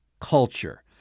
culture